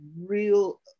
real